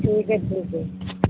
ٹھیک ہے ٹھیک ہے